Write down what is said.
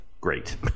Great